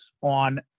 on